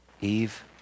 Eve